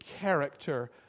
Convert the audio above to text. character